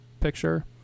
picture